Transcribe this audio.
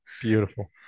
beautiful